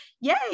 yay